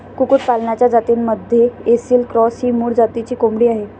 कुक्कुटपालनाच्या जातींमध्ये ऐसिल क्रॉस ही मूळ जातीची कोंबडी आहे